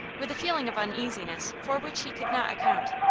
with a feeling of uneasiness for which he could not account.